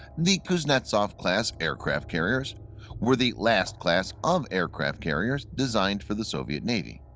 the kuznetsov-class aircraft carriers were the last class of aircraft carriers designed for the soviet navy.